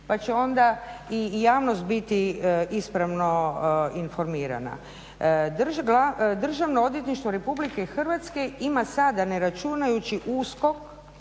pa će onda i javnost biti ispravno informirana. Državno odvjetništvo RH ima sada ne računajući USKOK